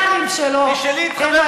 בן אדם שהכלים הפרלמנטריים שלו הם השתקה